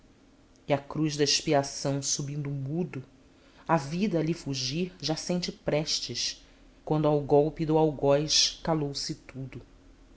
e à cruz da expiação subindo mudo a vida a lhe fugir já sente prestes quando ao golpe do algoz calou-se tudo